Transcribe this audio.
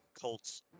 Colts